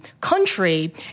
country